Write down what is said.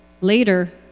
Later